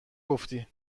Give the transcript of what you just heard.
گفتی